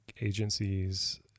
agencies